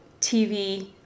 TV